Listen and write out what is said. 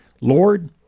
Lord